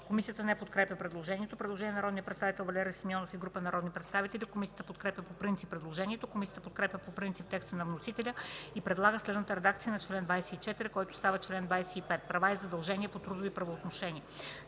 Комисията не подкрепя предложението. Предложение на народния представител Валери Симеонов и група народни представители. Комисията подкрепя по принцип предложението. Комисията подкрепя по принцип текста на вносителя и предлага следната редакция на чл. 24, който става чл. 25: „Права и задължения по трудови правоотношения